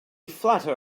flatter